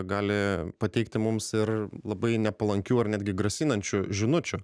gali pateikti mums ir labai nepalankių ar netgi grasinančių žinučių